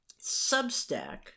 Substack